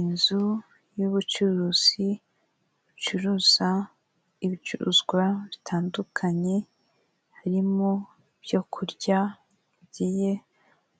Inzu y ubucuruzi bicuruza ibicuruzwa bitandukanye, harimo ibyo kuryagiye